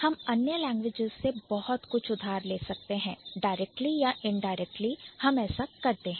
हम अन्य Languages भाषाओं से बहुत कुछ उधार ले सकते हैं directly या indirectly हम ऐसा कर सकते हैं